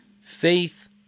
Faith